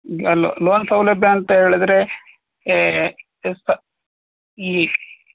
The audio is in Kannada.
ಲೋನ್ ಸೌಲಭ್ಯ ಅಂತ ಹೇಳದ್ರೆ ಎಷ್ಟು ಈ